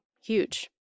Huge